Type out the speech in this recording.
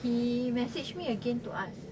he messaged me again to ask